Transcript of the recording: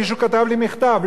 מישהו כתב לי מכתב.